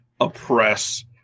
oppress